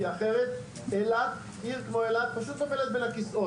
כי אחרת עיר כמו אילת פשוט נופלת בין הכיסאות,